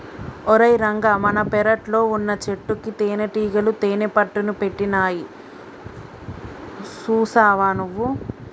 ఓరై రంగ మన పెరట్లో వున్నచెట్టుకి తేనటీగలు తేనెపట్టుని పెట్టినాయి సూసావా నువ్వు